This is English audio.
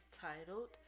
titled